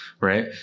right